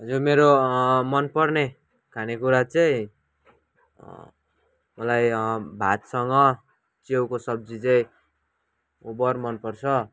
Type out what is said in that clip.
हजुर मेरो मन पर्ने खाने कुरा चाहिँ मलाई भातसँग च्याउको सब्जी चाहिँ ओभर मन पर्छ